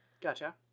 Gotcha